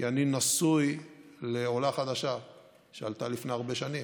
כי אני נשוי לעולה חדשה שעלתה לפני הרבה שנים,